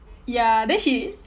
ya then she